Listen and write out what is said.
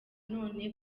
none